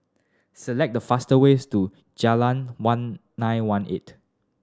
select the faster ways to Jayleen One Nine One Eight